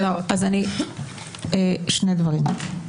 שני דברים.